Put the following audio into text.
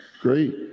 Great